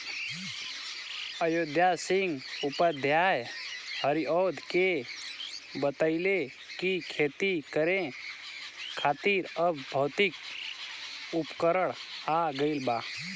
अयोध्या सिंह उपाध्याय हरिऔध के बतइले कि खेती करे खातिर अब भौतिक उपकरण आ गइल बा